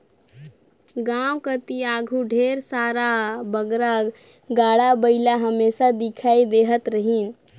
गाँव कती आघु ढेरे बगरा गाड़ा बइला हमेसा दिखई देहत रहिन